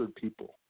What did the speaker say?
people